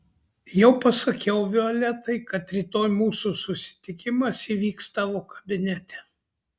jau pasakiau violetai kad rytoj mūsų susitikimas įvyks tavo kabinete